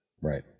Right